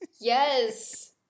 Yes